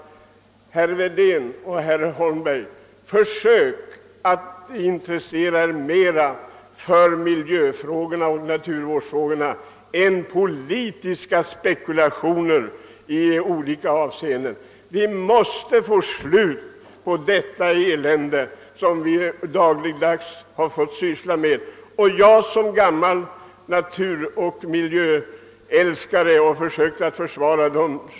Herr Wedén och herr Holmberg! Försök att intressera er mera för miljöoch naturvårdsfrågorna också i andra sammanhang än när det ligger politiska spekulationer bakom. Vi måste få slut på allt det elände som vi nu dagligdags stöter på och vars spridning jag som gammal naturoch miljöälskare försökt att motverka.